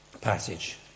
passage